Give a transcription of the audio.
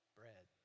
bread